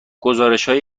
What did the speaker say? گزارشهای